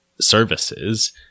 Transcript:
services